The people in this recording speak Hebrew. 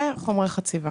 זה על חומרי חציבה.